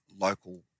local